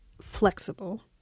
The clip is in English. flexible